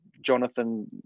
Jonathan